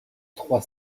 trois